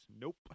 Nope